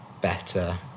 better